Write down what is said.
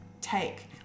take